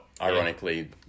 ironically